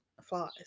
flies